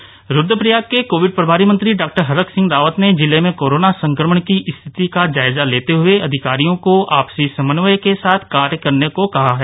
Covid Rudraprayag Rudraprayag के covid प्रभारी मंत्री डॉ हरक सिंह रावत ने जिले में कोरोना संक्रमण की स्थिति का जायजा लेते हुए अधिकारियों को आपसी समन्वय के साथ काम करने को कहा है